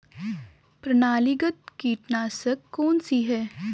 प्रणालीगत कीटनाशक कौन सा है?